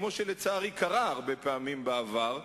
כמו שלצערי קרה הרבה פעמים בעבר,